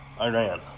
Iran